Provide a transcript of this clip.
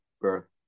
birth